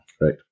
Right